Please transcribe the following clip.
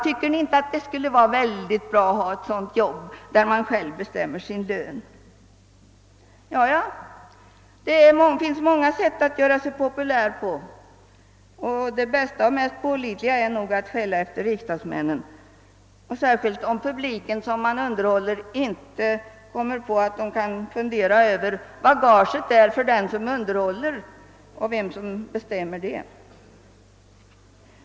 Tycker ni inte det skulle vara bra att ha ett jobb där man själv bestämmer sin lön?» Ja, det finns många sätt att göra sig populär på, men det bästa och mest pålitliga är nog att skälla på riksdagsmännen, särskilt om den publik man underhåller inte kommer på att fundera över vad gaget är för den som underhåller och vem som bestämmer detta.